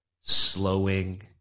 slowing